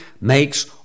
makes